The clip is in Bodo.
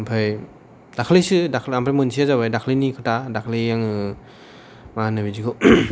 ओमफ्राय दाख्लैसो दाख्लै ओमफ्राय मोनसेया जाबाय दाख्लैनि खोथा दाख्लै आङो मा होनो बिदिखौ